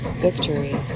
victory